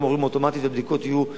עוברים אוטומטית והבדיקות יהיו בחוץ-לארץ.